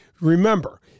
Remember